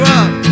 up